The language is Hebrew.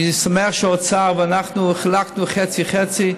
אני שמח שהאוצר ואנחנו התחלקנו חצי-חצי.